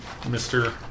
Mr